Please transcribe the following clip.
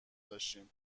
داشتیم